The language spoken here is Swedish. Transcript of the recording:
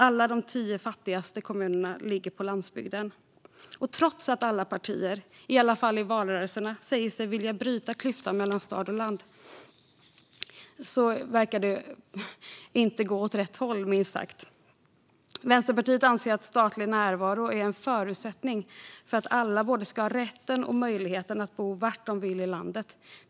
Alla de tio fattigaste ligger på landsbygden. Trots att alla partier, i alla fall i valrörelserna, säger sig vilja bryta klyftan mellan stad och land verkar det inte gå åt rätt håll. Vänsterpartiet anser att statlig närvaro är en förutsättning för att alla ska ha både rätten och möjligheten att bo var de vill i landet.